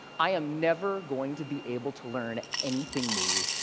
i am never going to be able to learn anything new.